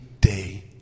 day